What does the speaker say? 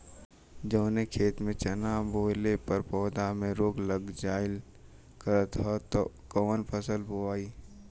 जवने खेत में चना बोअले पर पौधा में रोग लग जाईल करत ह त कवन फसल बोआई?